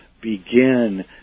begin